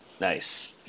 Nice